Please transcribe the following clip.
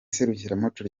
serukiramuco